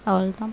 அவ்வளோ தான்